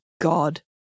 God